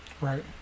Right